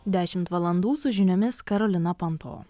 dešimt valandų su žiniomis karolina panto